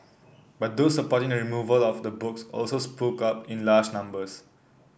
but those supporting the removal of the books also spoke up in large numbers